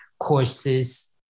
courses